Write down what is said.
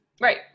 right